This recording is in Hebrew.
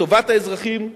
לטובת האזרחים,